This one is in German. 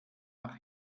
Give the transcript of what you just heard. nach